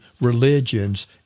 religions